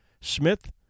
Smith